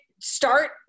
start